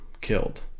killed